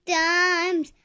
times